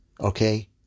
Okay